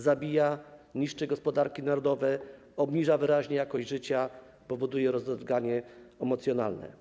Zabija, niszczy gospodarki narodowe, obniża wyraźnie jakość życia, powoduje rozedrganie emocjonalne.